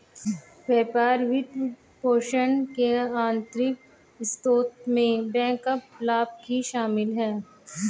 व्यापार वित्तपोषण के आंतरिक स्रोतों में बैकअप लाभ भी शामिल हैं